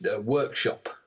workshop